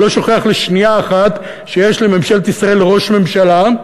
אני לא שוכח לשנייה אחת שיש לממשלת ישראל ראש ממשלה,